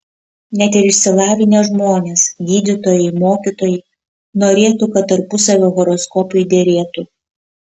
net ir išsilavinę žmonės gydytojai mokytojai norėtų kad tarpusavio horoskopai derėtų